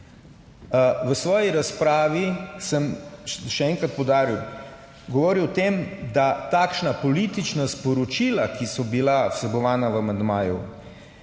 V svoji razpravi sem, še enkrat poudarjam, govoril o tem, da takšna politična sporočila, ki so bila vsebovana v amandmaju,